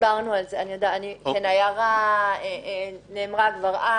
ההערה נאמרה כבר אז.